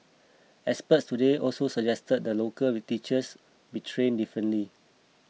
experts today also suggested that local teachers be trained differently